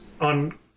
on